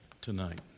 tonight